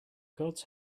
gods